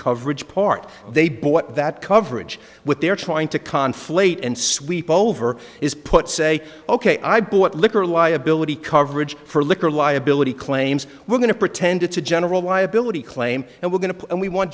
coverage part they bought that coverage with they're trying to con flate and sweep over is put say ok i bought liquor liability coverage for liquor liability claims we're going to pretend it's a general liability claim and we're going to and we want